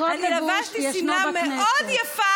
אני לבשתי שמלה מאוד יפה,